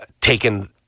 taken